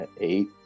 Eight